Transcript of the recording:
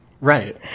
Right